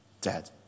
dead